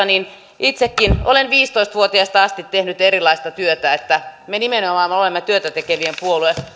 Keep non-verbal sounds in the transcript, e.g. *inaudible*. *unintelligible* niin itsekin olen viisitoista vuotiaasta asti tehnyt erilaista työtä eli me nimenomaan olemme työtätekevien puolue